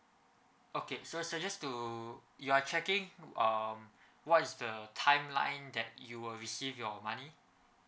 okay sir so just to you are checking um what is the timeline that you will receive your money